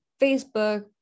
Facebook